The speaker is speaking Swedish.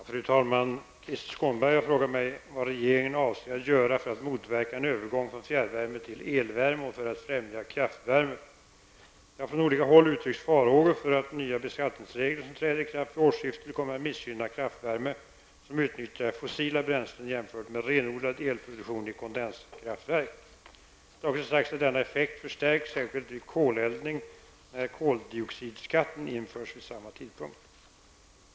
Fru talman! Krister Skånberg har frågat mig vad regeringen avser att göra för att motverka en övergång från fjärrvärme till elvärme och för att främja kraftvärme. Det har från olika håll uttryckts farhågor för att de nya beskattningsregler som träder i kraft vid årsskiftet kommer att missgynna kraftvärme som utnyttjar fossila bränslen jämfört med renodlad elproduktion i kondenskraftverk. Det har också sagts att denna effekt förstärks -- särskilt vid koleldning -- när koldioxidskatten införs vid samma tidpunkt.